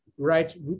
right